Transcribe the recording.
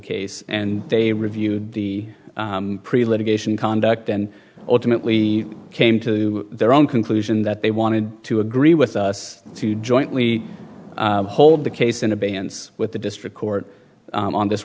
case and they review the litigation conduct and ultimately came to their own conclusion that they wanted to agree with us to jointly hold the case in abeyance with the district court on this